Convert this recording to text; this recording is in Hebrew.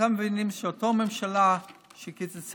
אתם מבינים שאותה ממשלה קיצצה